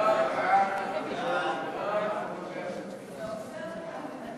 ההצעה להעביר את הצעת